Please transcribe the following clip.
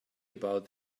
about